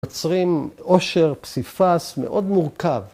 יוצרים עושר פסיפס מאוד מורכב.